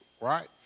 right